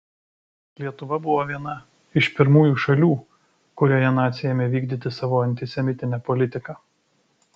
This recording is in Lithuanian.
lietuva buvo viena iš pirmųjų šalių kurioje naciai ėmė vykdyti savo antisemitinę politiką